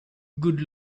good